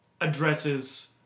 addresses